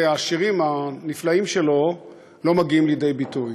השירים הנפלאים שלו לא מגיעים לידי ביטוי.